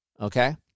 Okay